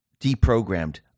deprogrammed